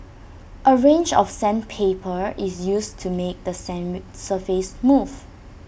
A range of sandpaper is used to make the same surface smooth